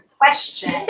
question